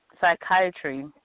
Psychiatry